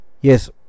Yes